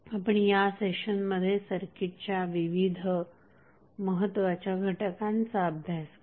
आपण या सेशनमध्ये सर्किटच्या विविध महत्वाच्या घटकांचा अभ्यास केला